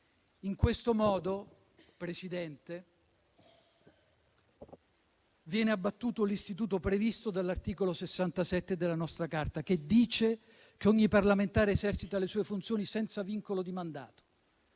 In questo modo, signor Presidente, viene abbattuto l'istituto previsto dall'articolo 67 della nostra Carta, che dice che ogni parlamentare esercita le sue funzioni "senza vincolo di mandato",